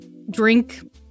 Drink